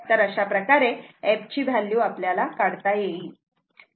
तर अशाप्रकारे f ची व्हॅल्यू काढता येईल